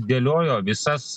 dėliojo visas